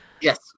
Yes